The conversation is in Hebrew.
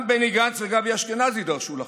גם בני גנץ וגבי אשכנזי דרשו לחקור,